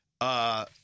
Uh-